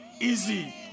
easy